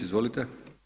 Izvolite.